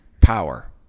power